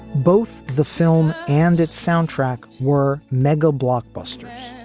both the film and its soundtrack were mega blockbusters.